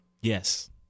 Yes